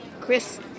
Chris